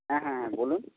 হ্যাঁ হ্যাঁ হ্যাঁ বলুন